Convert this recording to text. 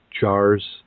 jars